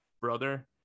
brother